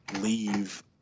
leave